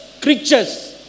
creatures